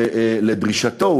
לדרישתו,